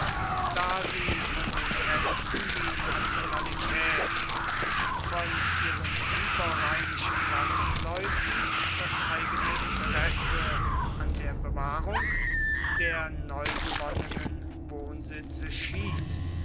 da sie von den kelten die nationalität von ihren überrheinischen landsleuten das eigene interesse an der bewahrung der neugewonnenen wohnsitze schied